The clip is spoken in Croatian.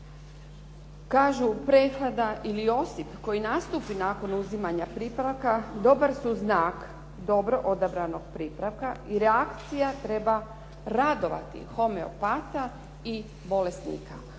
Kažu prehlada ili osip koji nastanu nakon uzimanja pripravaka dobar su znak dobro odabranog pripravka i reakcija treba radovati homeopata i bolesnika.